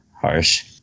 harsh